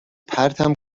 پرتم